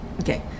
okay